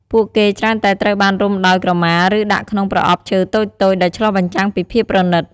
ពួកគេច្រើនតែត្រូវបានរុំដោយ ក្រមា ឬដាក់ក្នុង ប្រអប់ឈើតូចៗ ដែលឆ្លុះបញ្ចាំងពីភាពប្រណិត។